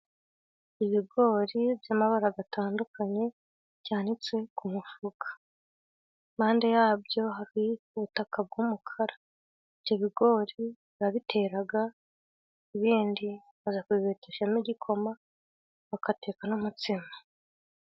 Ibigori by'amabara atandukanye, byanitse ku mufuka iruhande rwabyo hari ubutaka bw'umukara, ibyo bigori barabitera ibindi babibeteshamo igikoma bagateka n'umutsima.